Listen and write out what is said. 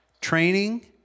training